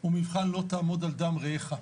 הוא מבחן "לא תעמוד על דם רעך".